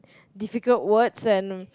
difficult words and